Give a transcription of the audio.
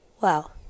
wow